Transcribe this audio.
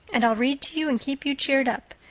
and i'll read to you and keep you cheered up.